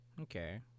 Okay